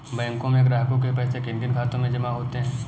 बैंकों में ग्राहकों के पैसे किन किन खातों में जमा होते हैं?